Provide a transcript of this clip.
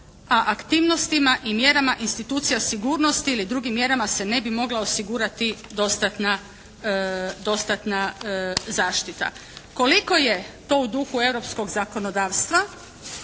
a aktivnostima i mjerama institucija sigurnosti ili drugim mjerama se ne bi mogla osigurati dostatna, dostatna zaštita. Koliko je to u duhu europskog zakonodavstva